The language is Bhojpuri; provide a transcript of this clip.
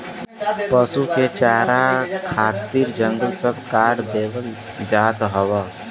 पसु के चारा खातिर जंगल सब काट देवल जात हौ